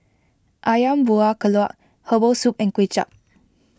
Ayam Buah Keluak Herbal Soup and Kuay Chap